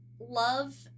love